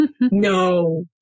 No